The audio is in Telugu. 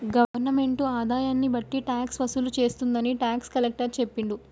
గవర్నమెంటు ఆదాయాన్ని బట్టి ట్యాక్స్ వసూలు చేస్తుందని టాక్స్ కలెక్టర్ చెప్పిండు